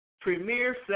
Premier